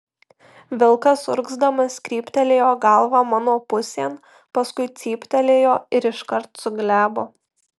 vilkas urgzdamas kryptelėjo galvą mano pusėn paskui cyptelėjo ir iškart suglebo